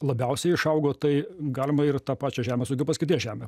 labiausiai išaugo tai galima ir tą pačią žemės ūkio paskirties žemę